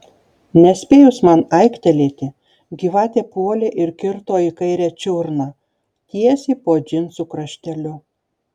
nespėjus man aiktelėti gyvatė puolė ir kirto į kairę čiurną tiesiai po džinsų krašteliu